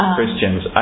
Christians